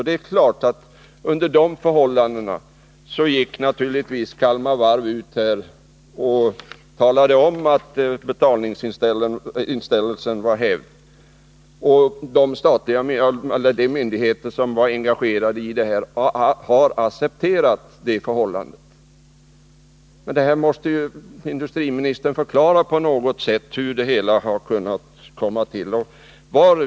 Det är klart att man under sådana omständigheter från Kalmar Varv gick ut och talade om att betalningsinställelsen var hävd och att de myndigheter som var engagerade har accepterat det förhållandet. Industriministern måste ändå på något sätt förklara hur det har kunnat bli så här.